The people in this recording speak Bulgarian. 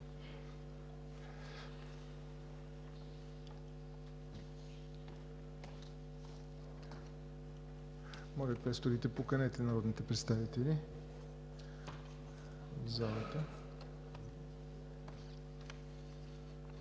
Моля, квесторите, поканете народните представители от кулоарите